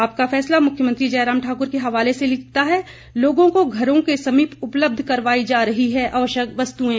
आपका फैसला मुख्यमंत्री जयराम ठाकुर के हवाले से लिखता है लोगों को घरों के समीप उपलब्ध करवाई जा रही हैं आवश्यक वस्तुएं